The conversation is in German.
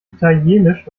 italienisch